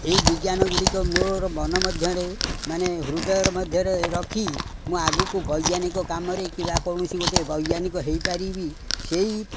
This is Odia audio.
ଏଇ ବିଜ୍ଞାନ ଗୁଡ଼ିକ ମୋର ମନ ମଧ୍ୟରେ ମାନେ ହୃଦୟର ମଧ୍ୟରେ ରଖି ମୁଁ ଆଗକୁ ବୈଜ୍ଞାନିକ କାମରେ କିମ୍ବା କୌଣସି ଗୋଟେ ବୈଜ୍ଞାନିକ ହେଇପାରିବି ସେଇ